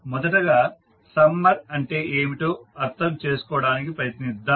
మొదటగా సమ్మర్ అంటే ఏమిటో అర్థం చేసుకోవడానికి ప్రయత్నిద్దాం